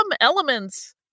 elements